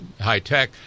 high-tech